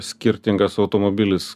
skirtingas automobilis